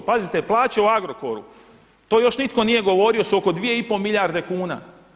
Pazite plaće u Agrokoru, to još nitko nije govorio su oko 2,5 milijarde kuna.